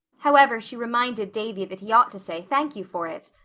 however, she reminded davy that he ought to say thank you for it.